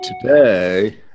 today